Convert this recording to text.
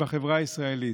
בחברה הישראלית.